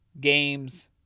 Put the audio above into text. games